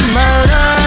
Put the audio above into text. murder